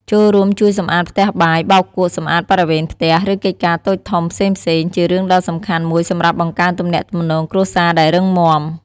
ចូលរួមជួយសម្អាតផ្ទះបាយ បោកគក់ សម្អាតបរិវេណផ្ទះ ឬកិច្ចការតូចធំផ្សេងៗ ជារឿងដ៏សំខាន់មួយសម្រាប់បង្កើតទំនាក់ទំនងគ្រួសារដែលរឹងមាំ។